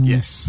Yes